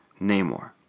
Namor